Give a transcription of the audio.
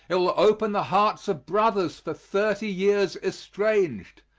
it will open the hearts of brothers for thirty years estranged,